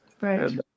Right